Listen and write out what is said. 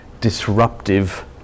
disruptive